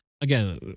Again